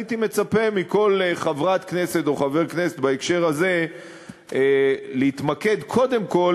הייתי מצפה מכל חברת כנסת או חבר כנסת בהקשר הזה להתמקד קודם כול